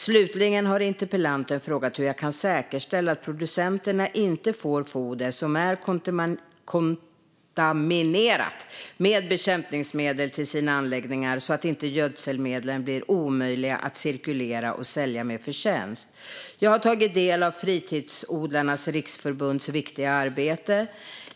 Slutligen har interpellanten frågat hur jag kan säkerställa att producenterna inte får foder som är kontaminerat med bekämpningsmedel till sina anläggningar, för att gödselmedlen inte ska bli omöjliga att cirkulera och sälja med förtjänst. Jag har tagit del av Fritidsodlingens Riksorganisations viktiga arbete.